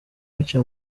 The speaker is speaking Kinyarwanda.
biciye